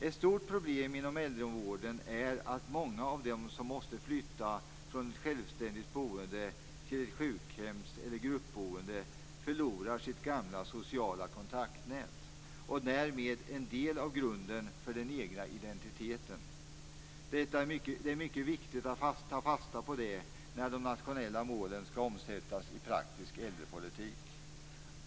Ett stort problem inom äldevården är att många av dem som måste flytta från ett självständigt boende till ett sjukhems eller gruppboende förlorar sitt gamla sociala kontaktnät och därmed en del av grunden för den egna identiteten. Det är mycket viktigt att ta fasta på det när de nationella målen skall omsättas i praktisk äldrepolitik.